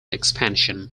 expansion